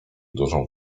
dużą